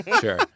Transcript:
sure